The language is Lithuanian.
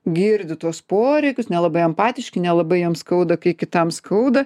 girdi tuos poreikius nelabai empatiški nelabai jiem skauda kai kitam skauda